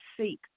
seek